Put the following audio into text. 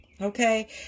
Okay